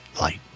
light